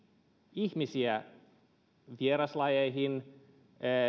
ihmisiä vieraslajeihin